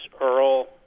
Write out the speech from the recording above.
Earl